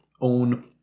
own